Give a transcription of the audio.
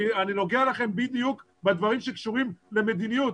אני נוגע לכם בדיוק בדברים שקשורים במדיניות,